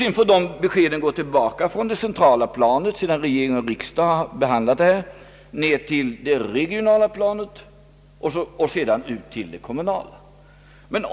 När regering och riksdag behandlat detta bör beskeden gå från det centrala planet ned till det regionala planet och vidare ut till det kommunala.